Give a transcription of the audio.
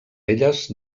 elles